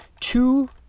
two